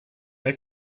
they